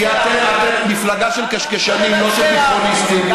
כי אתם מפלגה של קשקשנים, לא של ביטחוניסטים.